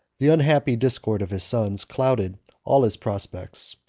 the unhappy discord of his sons clouded all his prospects,